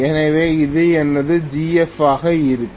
எனவே இது எனது zf ஆக இருக்கும்